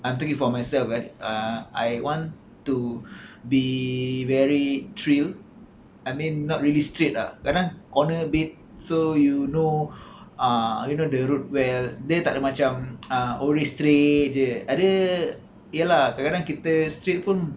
I'm talking for myself right uh I want to be very thrill I mean not really straight ah kadang-kadang corner a bit so you know ah you know the road well dia tak ada macam uh always straight jer ada ya lah kadang-kadang kita straight pun